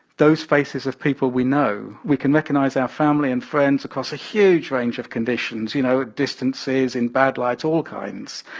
those faces of people we know. we can recognize our family and friends across a huge range of conditions, you know, at distances, in bad light, all kinds.